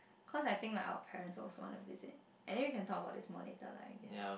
cause I think like our parents also want to visit and then you can talk about this more later lah I guess